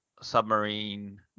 submarine